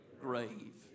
grave